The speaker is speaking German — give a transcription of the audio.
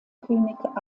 könig